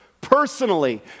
personally